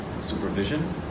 supervision